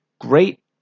great